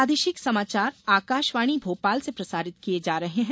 प्रादेशिक समाचार आकाशवाणी भोपाल से प्रसारित किये जा रहे हैं